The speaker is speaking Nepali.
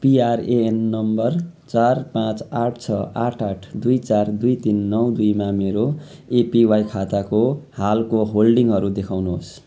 पिआरएएन नम्बर चार पाँच आठ छ आठ आठ दुई चार दुई तिन नौ दुईमा मेरो एपिवाई खाताको हालको होल्डिङहरू देखाउनुहोस्